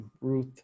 Ruth